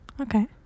Okay